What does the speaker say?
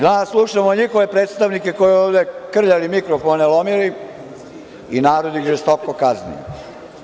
Danas slušamo njihove predstavnike koji su ovde krljali mikrofone, lomili i narod ih je žestoko kaznio.